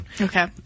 Okay